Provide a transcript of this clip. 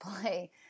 play